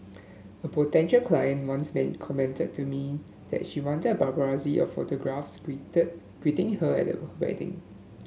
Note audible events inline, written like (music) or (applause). a potential client once (unintelligible) commented to me that she wanted a paparazzi of photographers (unintelligible) greeting her at her wedding